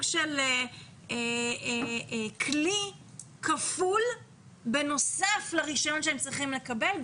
של כלי כפול בנוסף לרישיון שהם צריכים לקבל,